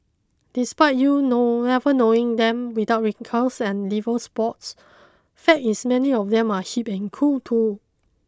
despite you know never knowing them without wrinkles and liver spots fact is many of them are hip and cool too